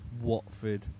Watford